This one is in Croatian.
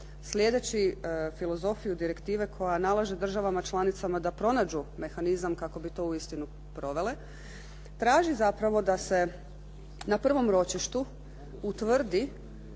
sljedeći filozofiju direktive koja nalaže državama članicama da pronađu mehanizam kako bi to uistinu provele traži zapravo da se na prvom ročištu utvrdi